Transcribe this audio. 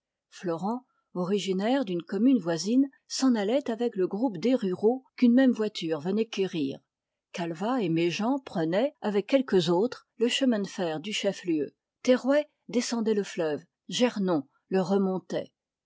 florent originaire d'une commune voisine s'en allait avec le groupe des ruraux qu'une même voiture venait quérir calvat et méjean prenaient avec quelques autresi le chemin de fer du chef-lieu terrouet descendait le fleuve gernon le remontait